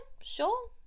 sure